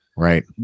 Right